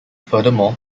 furthermore